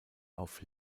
auf